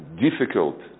difficult